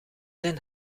zijn